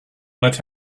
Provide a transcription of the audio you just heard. let